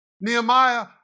Nehemiah